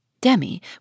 Demi